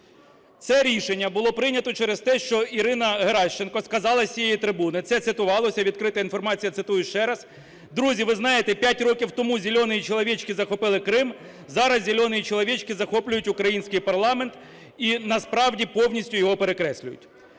Це рішення було прийнято через те, що Ірина Геращенко сказала з цієї трибуни, це цитувалося, відкрита інформація. Цитую ще раз: "Друзі, ви знаєте, 5 років тому "зеленые человечки" захопили Крим, зараз "зеленые человечки" захоплюють украинский парламент і насправді повністю його перекреслюють".